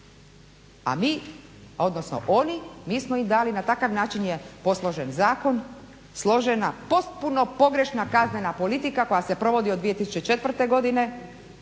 zakonu a oni mi smo im dali na takav način je posložen zakon, složena postupno pogrešna kaznena politika koja se provodi od 2004. godine